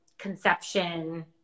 conception